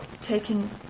taking